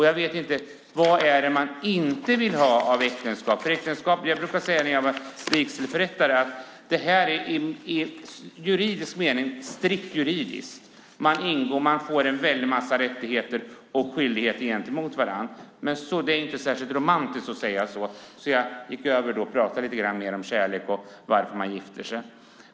Jag vet inte vad det är som man inte vill ha av äktenskap. När jag var vigselförrättare brukade jag säga att äktenskapet är strikt juridiskt. Man får en väldig massa rättigheter och skyldigheter gentemot varandra. Det är inte särskilt romantiskt att prata om det, så jag gick över till att prata lite grann om kärlek och varför man gifter sig.